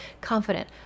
confident